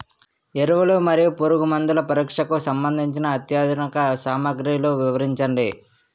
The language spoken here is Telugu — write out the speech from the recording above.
ఎరువులు మరియు పురుగుమందుల పరీక్షకు సంబంధించి అత్యాధునిక సామగ్రిలు వివరించండి?